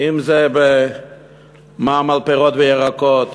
אם במע"מ על פירות וירקות,